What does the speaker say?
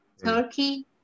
Turkey